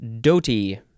Doty